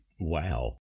wow